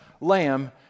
lamb